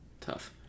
Tough